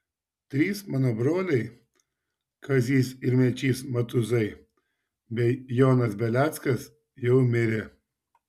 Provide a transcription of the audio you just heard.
trys mano broliai kazys ir mečys matuzai bei jonas beleckas jau mirę